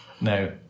No